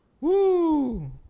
Woo